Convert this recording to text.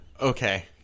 okay